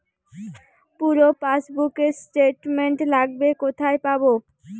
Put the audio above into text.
পুরো পাসবুকের স্টেটমেন্ট লাগবে কোথায় পাব?